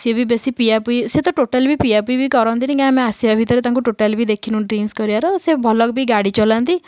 ସେ ବି ବେଶୀ ପିଆ ପିଇ ସିଏ ତ ଟୋଟାଲି ବି ପିଆ ପିଇ ବି କରନ୍ତିନି କାହିଁ ଆମେ ଆସିବା ଭିତରେ ତାଙ୍କୁ ଟୋଟାଲି ବି ଦେଖିନୁ ଡ୍ରିଙ୍କସ କରିବାର ସେ ଭଲ ବି ଗାଡ଼ି ଚଲାନ୍ତି